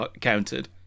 counted